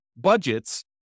budgets